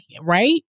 right